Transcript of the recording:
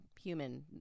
human